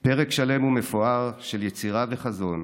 פרק שלם ומפואר של יצירה וחזון,